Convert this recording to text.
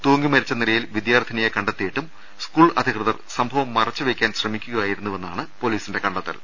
തൂങ്ങിമരിച്ച നിലയിൽ വിദ്യാർത്ഥിനിയെ കണ്ടെത്തി യിട്ടും സ്കൂൾ അധികൃതർ സംഭവം മറച്ചുവെയ്ക്കാൻ ശ്രമിക്കുകയായിരു ന്നുവെന്നാണ് പൊലീസിന്റെ കണ്ടെത്തൽ